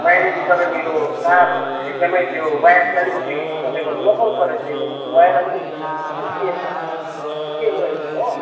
wiring तपाईँको यो तार एकदमै त्यो वायर चाहिँ अलिकति तपाईँको लोकल परेछ यो व् वायर अलिकति उक्किएछ उक्किएको रहेछ हो